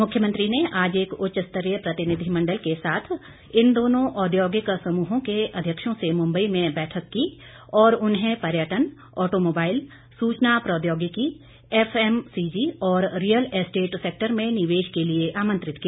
मुख्यमंत्री ने आज एक उच्च स्तरीय प्रतिनिधिमंडल के साथ इन दोनों औद्योगिक समूहों के अध्यक्षों से मुम्बई में बैठक की और उन्हें पर्यटन ऑटोमोबाईल सूचना प्रौद्योगिकी एफएमसीजी और रियल एस्टेट सेक्टर में निवेश के लिए आमंत्रित किया